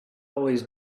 always